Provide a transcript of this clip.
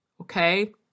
okay